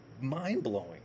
mind-blowing